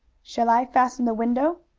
shall i fasten the window?